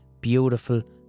beautiful